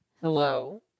Hello